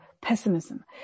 pessimism